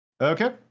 Okay